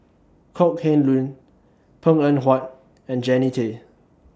Kok Heng Leun Png Eng Huat and Jannie Tay